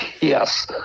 Yes